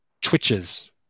twitches